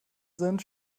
sind